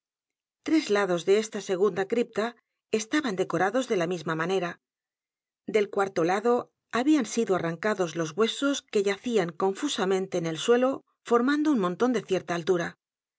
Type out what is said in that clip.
s lados de esta segunda cripta estaban decorados de la misma manera del cuarto lado habían sido arrancados los huesos que yacían confusamente en el suelo formando un montón de cierta altura